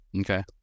Okay